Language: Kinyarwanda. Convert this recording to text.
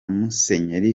musenyeri